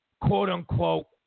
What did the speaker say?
quote-unquote